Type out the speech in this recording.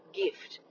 gift